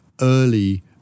early